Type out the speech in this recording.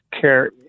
care